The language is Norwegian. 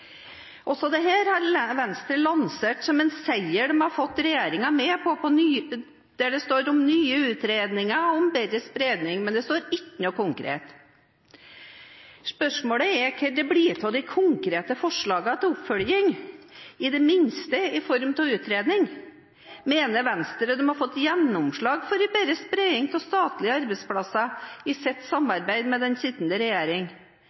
Også dette har Venstre lansert som en seier de har fått regjeringen med på – det står om nye utredninger og om bedre spredning, men det står ikke noe konkret. Spørsmålet er: Hvor blir det av konkret oppfølging av forslaget – i det minste i form av utredning? Mener Venstre de har fått gjennomslag for en bedre spredning av statlige arbeidsplasser i sitt samarbeid med den sittende regjering?